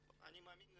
אני מאמין,